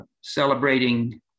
celebrating